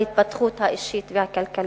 להתפתחות האישית והכלכלית.